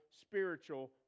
spiritual